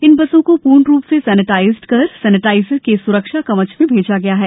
इन बसों को पूर्ण रूप से सैनिटाइज्ड कर सैनिटाइजर के स्रक्षा कवच में भेजा गया है